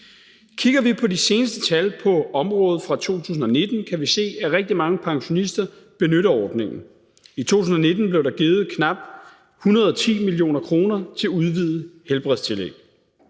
Kigger vi på de seneste tal på området fra 2019, kan vi se, at rigtig mange pensionister benytte ordningen. I 2019 blev der givet knap 110 mio. kr. til udvidet helbredstillæg.